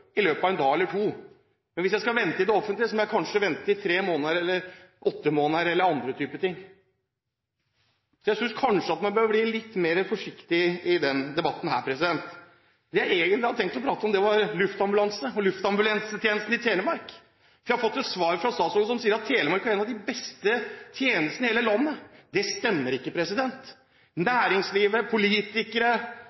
i løpet av en dag eller to, men hvis jeg skal vente i det offentlige, må jeg kanskje vente i tre måneder, i åtte måneder eller enda lenger. Jeg synes kanskje man bør bli litt mer forsiktig i denne debatten. Det jeg egentlig hadde tenkt å prate om, var luftambulansen og luftambulansetjenesten i Telemark. Vi har fått et svar fra statsråden som sier at Telemark har en av de beste tjenestene i hele landet. Det stemmer ikke.